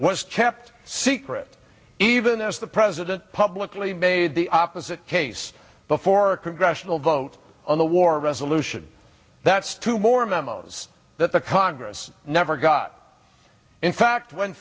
was kept secret even as the president publicly made the opposite case before a congressional vote on the war resolution that's two more memos that the congress never got in fact when